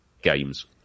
games